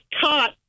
caught